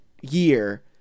year